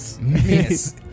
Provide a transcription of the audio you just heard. Miss